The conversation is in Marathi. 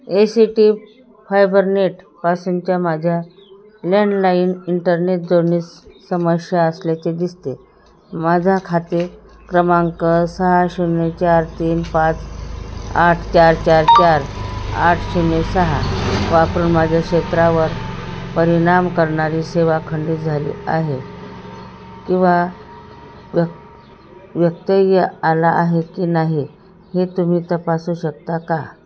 ए सी टी फायबरनेेटपासूनच्या माझ्या लँडलाइन इंटरनेट जोडणीत समस्या असल्याचे दिसते माझा खाते क्रमांक सहा शून्य चार तीन पाच आठ चार चार चार आठ शून्य सहा वापरून माझ्या क्षेत्रावर परिणाम करणारी सेवा खंडित झाली आहे किंवा व्यत्यय आला आहे की नाही हे तुम्ही तपासू शकता का